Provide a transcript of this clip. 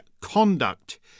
conduct